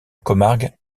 comarque